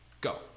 Go